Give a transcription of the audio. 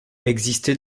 existait